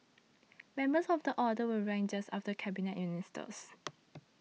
members of the Order were ranked just after Cabinet Ministers